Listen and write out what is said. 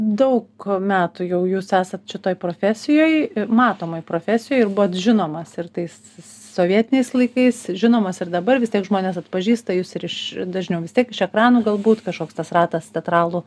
daug metų jau jūs esat šitoj profesijoj matomoj profesijoj ir buvot žinomas ir tais sovietiniais laikais žinomas ir dabar vis tiek žmonės atpažįsta jus ir iš dažniau vis tiek iš ekranų galbūt kažkoks tas ratas teatralų